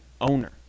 owner